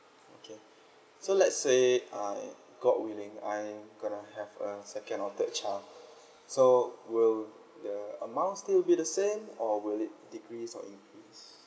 okay so let's say I got willing I am gonna have a second or third child so will the amount still be the same or will it decrease or increase